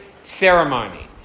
ceremony